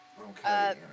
Okay